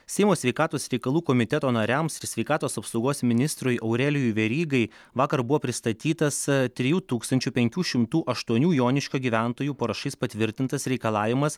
seimo sveikatos reikalų komiteto nariams ir sveikatos apsaugos ministrui aurelijui verygai vakar buvo pristatytas trijų tūkstančių penkių šimtų aštuonių joniškio gyventojų parašais patvirtintas reikalavimas